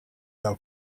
thou